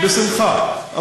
בשמחה.